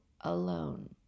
alone